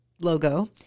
logo